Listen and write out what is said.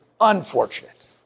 unfortunate